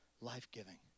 life-giving